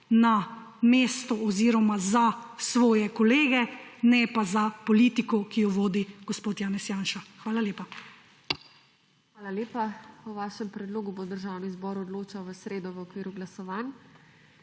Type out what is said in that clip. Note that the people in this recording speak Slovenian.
na mesto oziroma za svoje kolege, ne pa za politiko, ki jo vodi gospod Janez Janša. Hvala lepa. PODPREDSEDNICA TINA HEFERLE: Hvala lepa. O vašem predlogu bo Državni zbor odločal v sredo v okviru glasovanj.